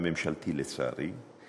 וממשלתי לצערי,